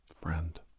friend